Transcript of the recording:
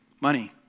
Money